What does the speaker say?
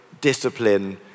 discipline